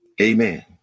Amen